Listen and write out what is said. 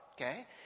okay